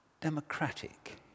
democratic